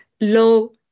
low